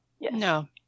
No